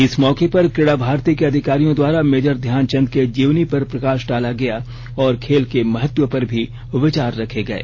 इस मौके पर क्रीड़ा भारती के अधिकारियों द्वारा मेजर ध्यानचंद के जीवनी पर प्रकाश डाला गया और खेल के महत्व पर भी विचार रखे गए